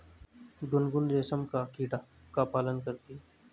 गुनगुन रेशम का कीड़ा का पालन करती है